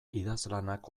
idazlanak